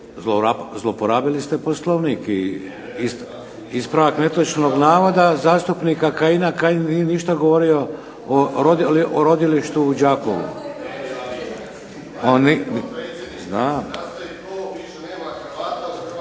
zlouporabili ste Poslovnik i ispravak netočnog navoda zastupnika Kajina. Kajin nije ništa govorio o rodilištu u Đakovu.